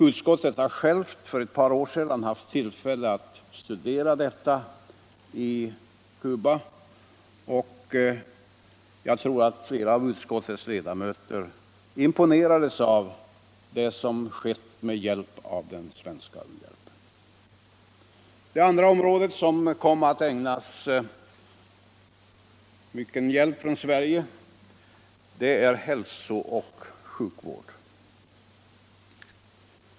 Utskottet har självt för ett par år sedan haft tillfälle att studera detta i Cuba, och jag tror att flera av utskottets ledamöter imponerades av det som skett med insats av den svenska u-hjälpen. Det andra området som kommit att ägnas mycken hjälp från Sverige är hälso och sjukvården.